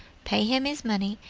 pay him his money,